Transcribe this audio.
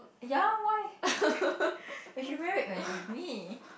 ya why you should wear it when you're with me